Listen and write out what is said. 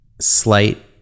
slight